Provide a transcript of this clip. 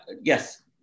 Yes